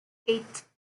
eight